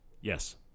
yes